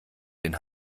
den